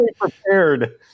prepared